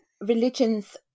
religions